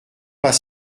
pas